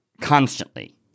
Constantly